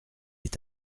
est